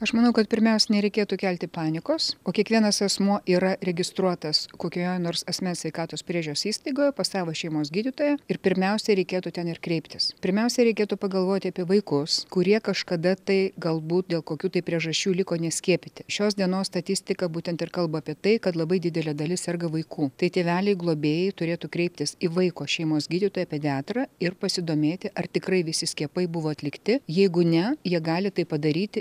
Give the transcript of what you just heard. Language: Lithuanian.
aš manau kad pirmiausia nereikėtų kelti panikos o kiekvienas asmuo yra registruotas kokioje nors asmens sveikatos priežiūros įstaigoje pas savo šeimos gydytoją ir pirmiausia reikėtų ten ir kreiptis pirmiausia reikėtų pagalvoti apie vaikus kurie kažkada tai galbūt dėl kokių tai priežasčių liko neskiepyti šios dienos statistika būtent ir kalba apie tai kad labai didelė dalis serga vaikų tai tėveliai globėjai turėtų kreiptis į vaiko šeimos gydytoją pediatrą ir pasidomėti ar tikrai visi skiepai buvo atlikti jeigu ne jie gali tai padaryti